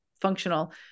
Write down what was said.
functional